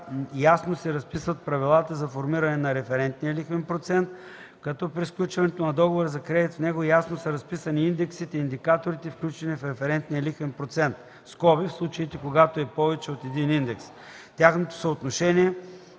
ясно се разписват правилата за формиране на референтния лихвен процент, като при сключването на договора за кредит в него ясно са разписани индексите и индикаторите, включени в референтния лихвен процент (в случаите, когато е повече от един индекс), тяхното съотношение и